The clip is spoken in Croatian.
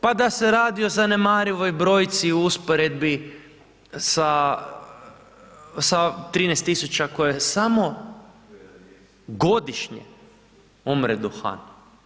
Pa da se radi o zanemarivoj brojci u usporedbi sa 13.000 koje samo godišnje umre duhan.